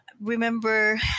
remember